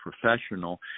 professional